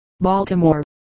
Baltimore